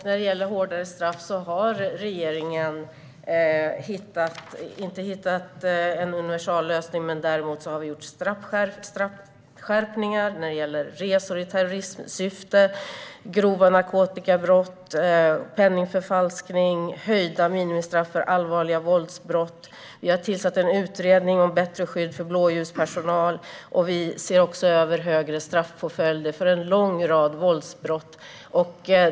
När det gäller hårdare straff har regeringen inte hittat någon universallösning. Vi har däremot sett till att straffskärpningar har genomförts när det gäller resor i terrorismsyfte, grova narkotikabrott och penningförfalskning. Det har också blivit höjda minimistraff för allvarliga våldsbrott. Vi har tillsatt en utredning om bättre skydd för blåljuspersonal. Vi ser också över högre straffpåföljder för en lång rad våldsbrott.